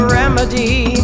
remedy